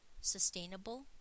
sustainable